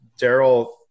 Daryl